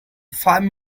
five